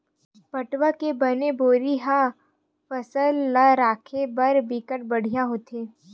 पटवा के बने बोरा ह फसल ल राखे बर बिकट बड़िहा होथे